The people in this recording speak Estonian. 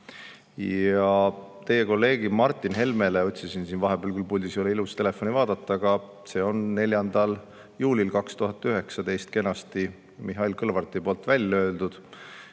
Ja teie kolleegile Martin Helmele otsisin siin vahepeal välja – puldis ei ole küll ilus telefoni vaadata –, et see on 4. juulil 2019 kenasti Mihhail Kõlvarti poolt välja öeldud,